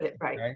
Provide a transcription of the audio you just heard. Right